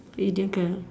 idiom can